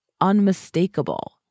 unmistakable